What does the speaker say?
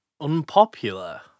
unpopular